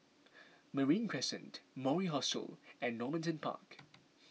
Marine Crescent Mori Hostel and Normanton Park